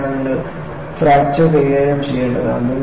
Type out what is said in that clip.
അങ്ങനെയാണു നിങ്ങൾ ഫ്രാക്ചർ കൈകാര്യം ചെയ്യേണ്ടത്